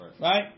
right